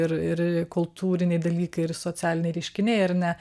ir ir kultūriniai dalykai ir socialiniai reiškiniai ar ne